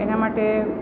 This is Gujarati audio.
એના માટે